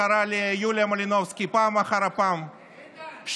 שקרא ליוליה מלינובסקי פעם אחר פעם שיכורה.